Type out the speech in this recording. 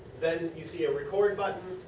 then you see a record but